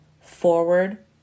Forward